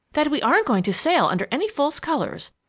that we aren't going to sail under any false colors!